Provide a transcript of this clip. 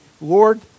Lord